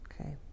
Okay